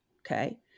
Okay